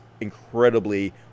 incredibly